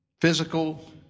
physical